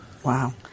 Wow